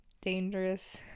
dangerous